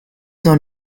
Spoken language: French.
dans